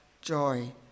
joy